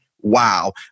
wow